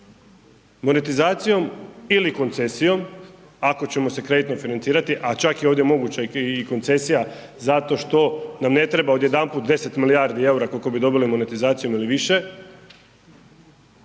Monetizacijom ili koncesijom ako ćemo se kreditno financirati, a čak je ovdje moguća i koncesija zato što nam ne treba odjedanput 10 milijardi EUR—a koliko bi dobili monetizacijom ili više